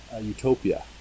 Utopia